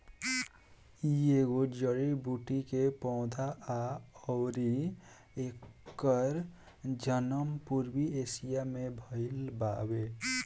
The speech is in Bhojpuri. इ एगो जड़ी बूटी के पौधा हा अउरी एकर जनम पूर्वी एशिया में भयल बावे